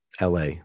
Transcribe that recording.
LA